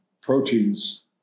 proteins